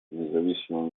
независимым